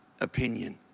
opinion